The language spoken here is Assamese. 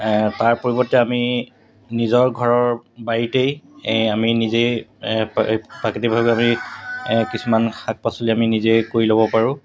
তাৰ পৰিৱৰ্তে আমি নিজৰ ঘৰৰ বাৰীতেই আমি নিজেই প্ৰাকৃতিকভাৱে আমি কিছুমান শাক পাচলি আমি নিজেই কৰি ল'ব পাৰোঁ